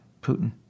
Putin